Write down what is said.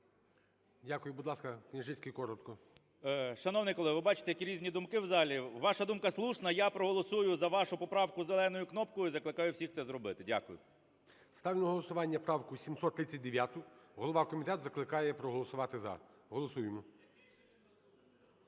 Дякую. Будь ласка, Княжицький, коротко. 12:53:56 КНЯЖИЦЬКИЙ М.Л. Шановний колего, ви бачте, які різні думки в залі. Ваша думка слушна, я проголосую за вашу поправку зеленою кнопкою і закликаю всіх це зробити. Дякую. ГОЛОВУЮЧИЙ. Ставлю на голосування правку 739-у. Голова комітету закликає проголосувати "за". Голосуємо.